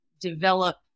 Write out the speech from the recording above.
develop